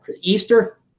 Easter